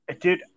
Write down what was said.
Dude